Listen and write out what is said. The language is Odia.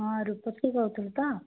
ହଁ ରୂପଶ୍ରୀ୍ କହୁଥିଲୁ ତ